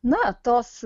na tos